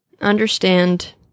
understand